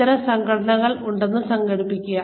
ഇത്തരം സംഘടനകൾ ഉണ്ടെന്ന് സങ്കൽപ്പിക്കുക